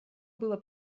было